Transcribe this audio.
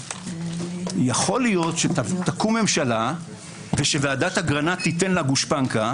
יכול להיות שתקום ממשלה ושוועדת אגרנט תיתן לה גושפנקא,